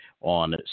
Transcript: on